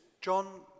John